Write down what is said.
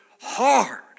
hard